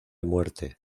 muerte